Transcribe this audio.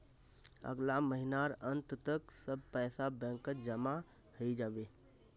अगला महीनार अंत तक सब पैसा बैंकत जमा हइ जा बे